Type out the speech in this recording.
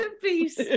peace